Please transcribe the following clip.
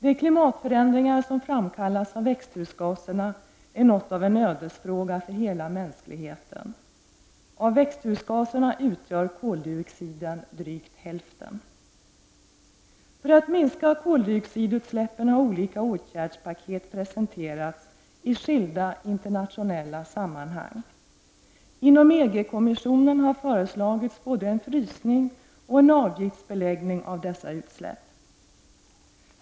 De klimatförändringar som framkallas av växthusgaserna är något av en ödesfråga för hela mänskligheten. Av växthusgaserna utgör koldioxiden drygt hälften. För att minska koldioxidutsläppen har olika åtgärdspaket presenterats i skilda internationella sammanhang. Inom EG-kommissionen har föreslagits både en frysning och en avgiftsbeläggning av dessa utsläpp.